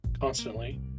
constantly